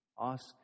Ask